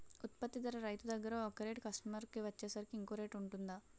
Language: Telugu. ఉత్పత్తి ధర రైతు దగ్గర ఒక రేట్ కస్టమర్ కి వచ్చేసరికి ఇంకో రేట్ వుంటుందా?